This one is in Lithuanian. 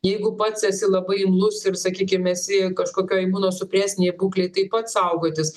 jeigu pats esi labai imlus ir sakykim esi kažkokia imunosupresinėj būklėj taip pat saugotis